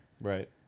right